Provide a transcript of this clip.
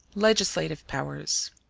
legislative powers